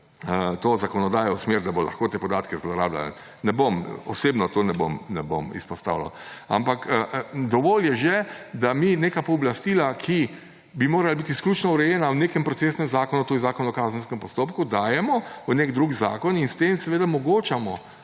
to zakonodajo v smer, da bo lahko te podatke zlorabljala, ne bom, osebno tega ne bom izpostavljal. Ampak dovolj je že, da mi neka pooblastila, ki bi morala biti izključno urejena v nekem procesnem zakonu, to je V Zakonu o kazenskem postopku, dajemo v nek drug zakon in s tem seveda omogočamo